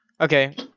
okay